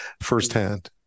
firsthand